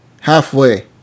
halfway